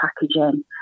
packaging